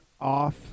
off